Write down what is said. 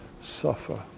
suffer